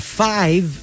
five